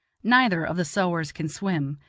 neither of the sowars can swim,